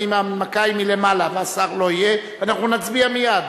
גם אם ההנמקה היא מלמעלה והשר לא יהיה אנחנו נצביע מייד,